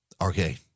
Okay